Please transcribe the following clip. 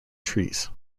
trees